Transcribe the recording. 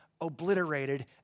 obliterated